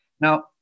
Now